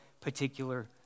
particular